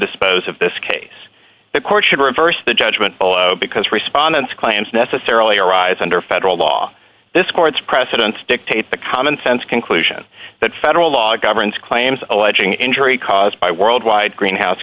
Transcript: dispose of this case the court should reverse the judgment below because respondents claims necessarily arise under federal law this court's precedents dictate the common sense conclusion that federal law governs claims alleging injury caused by worldwide greenhouse